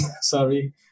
Sorry